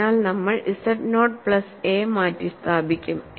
അതിനാൽ നമ്മൾ z not plus a മാറ്റിസ്ഥാപിക്കും